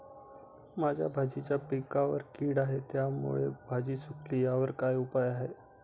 माझ्या भाजीच्या पिकावर कीड आहे त्यामुळे भाजी सुकली आहे यावर काय उपाय?